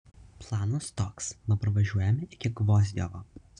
planas toks dabar važiuojame iki gvozdiovo